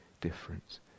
difference